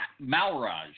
Malraj